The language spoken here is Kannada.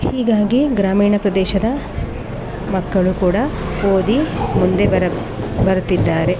ಹೀಗಾಗಿ ಗ್ರಾಮೀಣ ಪ್ರದೇಶದ ಮಕ್ಕಳು ಕೂಡ ಓದಿ ಮುಂದೆ ಬರು ಬರುತ್ತಿದ್ದಾರೆ